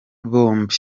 bombi